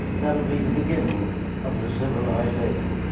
that will be the beginning of the civilized age.